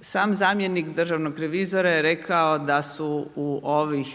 Sam zamjenik državnog revizora je rekao da su u ovih